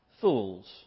fools